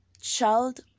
Child